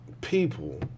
people